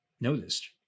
noticed